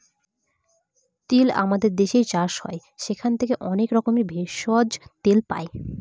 তিল আমাদের দেশে চাষ হয় সেখান থেকে অনেক রকমের ভেষজ, তেল পাই